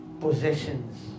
possessions